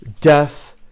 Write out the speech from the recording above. death